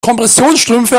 kompressionsstrümpfe